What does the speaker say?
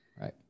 right